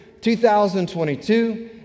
2022